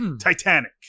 Titanic